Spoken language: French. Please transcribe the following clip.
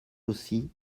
aussi